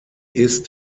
ist